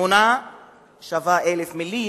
תמונה שווה אלף מלים,